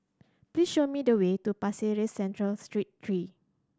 please show me the way to Pasir Ris Central Street three